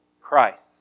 Christ